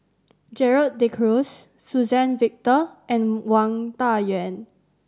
Gerald De Cruz Suzann Victor and Wang Dayuan